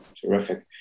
Terrific